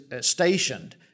stationed